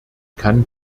kann